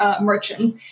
merchants